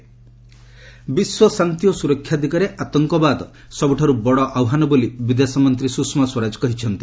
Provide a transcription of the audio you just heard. ସୁଷମା ବିଶ୍ୱ ଶାନ୍ତି ଓ ସୁରକ୍ଷା ଦିଗରେ ଆତଙ୍କବାଦ ସବୁଠାରୁ ବଡ଼ ଆହ୍ୱାନ ବୋଲି ବିଦେଶୀ ମନ୍ତ୍ରୀ ସୁଷମା ସ୍ୱରାଜ କହିଛନ୍ତି